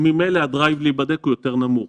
ממילא הדרייב להיבדק הוא יותר נמוך.